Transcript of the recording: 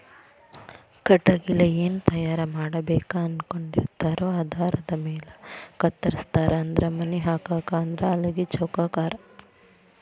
ಕಟಗಿಲೆ ಏನ ತಯಾರ ಮಾಡಬೇಕ ಅನಕೊಂಡಿರತಾರೊ ಆಧಾರದ ಮ್ಯಾಲ ಕತ್ತರಸ್ತಾರ ಅಂದ್ರ ಮನಿ ಹಾಕಾಕ ಆದ್ರ ಹಲಗಿ ಚೌಕಾಕಾರಾ